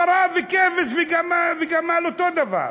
פרה וכבש וגמל אותו דבר.